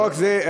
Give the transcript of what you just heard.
לא רק זה.